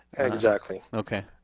exactly. okay.